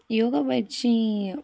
யோகா பயிற்சி